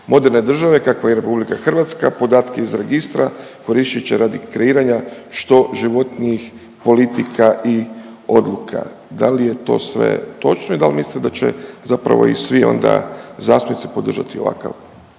Moderne države kakva je RH podatke iz registra koristit će radi kreiranja što životnih politika i odluka. Da li je to sve točno i da li mislite da će zapravo i svi onda zastupnici podržati ovakav